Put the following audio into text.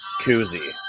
Koozie